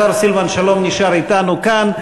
השר סילבן שלום נשאר אתנו כאן.